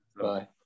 Bye